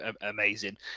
amazing